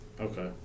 Okay